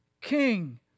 King